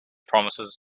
promises